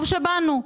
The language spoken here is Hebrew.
טוב שבאנו.